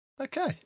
okay